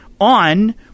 on